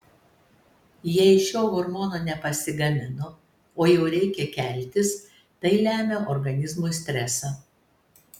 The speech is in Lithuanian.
jei šio hormono nepasigamino o jau reikia keltis tai lemia organizmui stresą